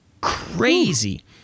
crazy